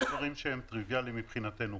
יש דברים שהם טריוויאליים מבחינתנו.